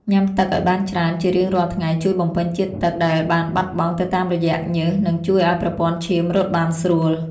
ញ៉ាំទឹកឱ្យបានច្រើនជារៀងរាល់ថ្ងៃជួយបំពេញជាតិទឹកដែលបានបាត់បង់ទៅតាមរយៈញើសនិងជួយឱ្យប្រព័ន្ធឈាមរត់បានស្រួល។